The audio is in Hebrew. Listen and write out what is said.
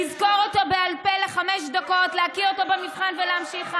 לזכור אותו בעל פה לחמש דקות להקיא אותו במבחן ולהמשיך הלאה.